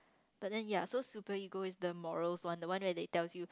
but then ya so super ego is the morals one the one where they tells you